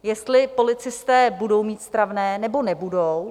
Jestli policisté budou mít stravné, nebo nebudou.